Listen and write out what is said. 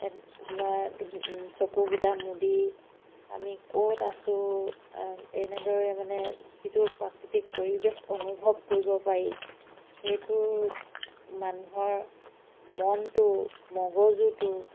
চকুকেইটা মুদি আমি ক'ত আছোঁ এনেদৰে মানে যিটো প্ৰাকৃতিক পৰিৱেশ অনুভৱ কৰিব পাৰি সেইটো মানুহৰ মনটো মগজুটো